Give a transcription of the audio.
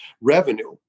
revenue